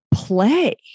play